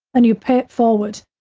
and you pay it forward,